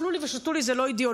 אכלו לי ושתו לי זה לא אידיאולוגיה,